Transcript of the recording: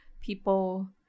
people